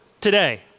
today